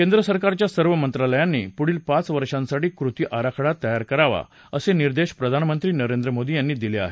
केंद्र सरकारच्या सर्व मंत्रालयानी पुढील पाच वर्षांसाठी कृती आराखडा तयार करावा असे निर्देश प्रधानमंत्री नरेंद्र मोदी यांनी दिले आहेत